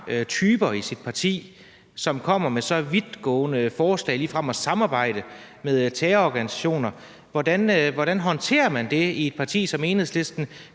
typer i sit parti, som kommer med så vidtgående forslag om ligefrem at samarbejde med terrororganisationer, hvordan håndterer man så det i et parti som Enhedslisten?